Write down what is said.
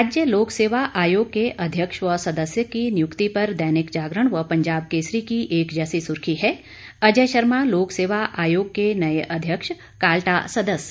राज्य लोकसेवा आयोग के अध्यक्ष व सदस्य की नियुक्ति पर दैनिक जागरण व पंजाब केसरी की एक जैसी सुर्खी है अजय शर्मा लोक सेवा आयोग के नए अध्यक्ष काल्टा सदस्य